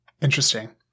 interesting